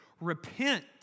Repent